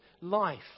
life